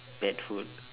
pet food